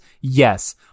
yes